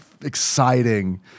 exciting